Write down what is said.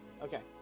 okay